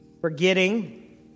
forgetting